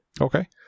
Okay